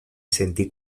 sentí